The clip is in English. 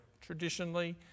traditionally